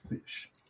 fish